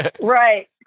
Right